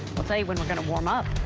we'll tell you when we're going to warm up.